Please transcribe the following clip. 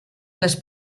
les